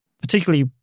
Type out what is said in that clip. particularly